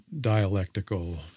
dialectical